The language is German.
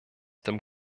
dem